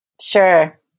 sure